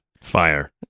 Fire